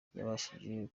abitabiriye